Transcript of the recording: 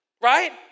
right